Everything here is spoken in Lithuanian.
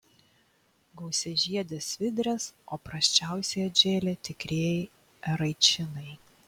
gausiažiedės svidrės o prasčiausiai atžėlė tikrieji eraičinai